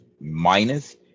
minus